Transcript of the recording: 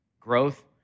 Growth